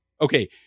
Okay